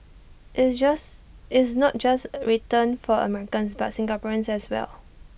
IT is not just written for Americans but Singaporeans as well